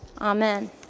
Amen